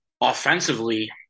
Offensively